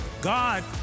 God